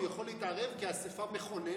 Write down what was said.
בחוק-יסוד הוא יכול להתערב, כאספה מכוננת?